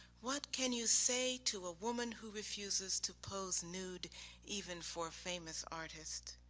what can you say to a woman who refuses to pose nude even for a famous artist?